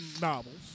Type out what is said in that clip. novels